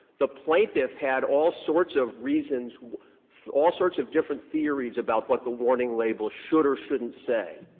the plaintiff had all sorts of reasons all sorts of different theories about what the warning label should or shouldn't say.